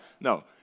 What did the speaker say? No